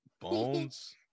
Bones